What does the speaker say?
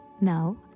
now